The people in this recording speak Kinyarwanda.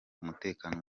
umutekano